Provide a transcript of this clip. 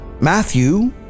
Matthew